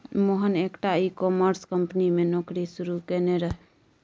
मोहन एकटा e commerce company मे नौकरी शुरू केने रहय